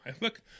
look